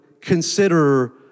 consider